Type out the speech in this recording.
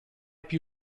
più